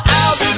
out